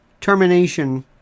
termination